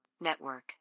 Network